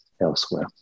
elsewhere